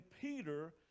Peter